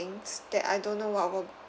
things that I don't know what will